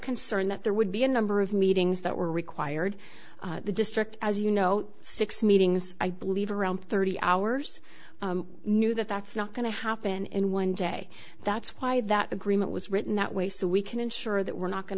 concern that there would be a number of meetings that were required the district as you know six meetings i believe around thirty hours knew that that's not going to happen in one day that's why that agreement was written that way so we can ensure that we're not going